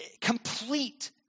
complete